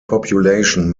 population